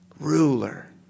Ruler